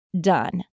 done